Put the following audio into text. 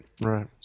Right